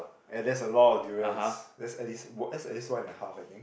eh that's a lot of durians that's at least at least one and half I think